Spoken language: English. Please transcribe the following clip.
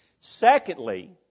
Secondly